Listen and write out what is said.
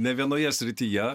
ne vienoje srityje